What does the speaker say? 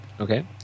Okay